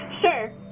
Sure